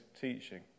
teaching